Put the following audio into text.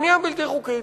הבנייה הבלתי-חוקית,